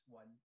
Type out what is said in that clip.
one